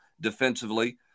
defensively